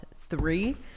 three